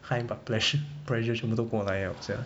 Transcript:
high blood pre~ pressure 全部都过来 liao sia